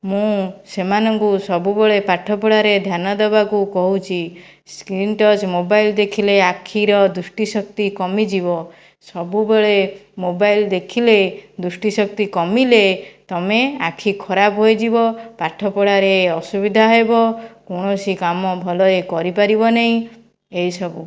ମୁଁ ସେମାନଙ୍କୁ ସବୁବେଳେ ପାଠପଢ଼ାରେ ଧ୍ୟାନ ଦେବାକୁ କହୁଛି ସ୍କ୍ରିନ୍ ଟଚ୍ ମୋବାଇଲ ଦେଖିଲେ ଆଖିର ଦୃଷ୍ଟି ଶକ୍ତି କମିଯିବ ସବୁବେଳେ ମୋବାଇଲ ଦେଖିଲେ ଦୃଷ୍ଟି ଶକ୍ତି କମିଲେ ତୁମେ ଆଖି ଖରାପ ହୋଇଯିବ ପାଠପଢ଼ାରେ ଅସୁବିଧା ହେବ କୌଣସି କାମ ଭଲରେ କରିପାରିବ ନାହିଁ ଏହିସବୁ